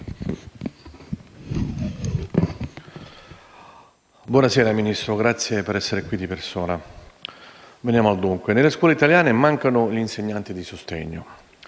Signor Ministro, la ringrazio per essere qui di persona. Venendo al dunque, nelle scuole italiane mancano gli insegnanti di sostegno,